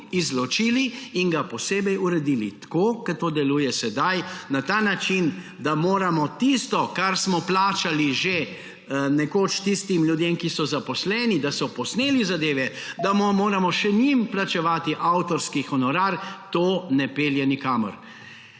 izločili in ga posebej uredili. Tako kot to deluje sedaj, na ta način, da moramo za tisto, kar smo plačali že nekoč tistim ljudem, ki so zaposleni, da so posneli zadeve, še njim plačevati avtorski honorar, to ne pelje nikamor.